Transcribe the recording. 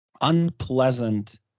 unpleasant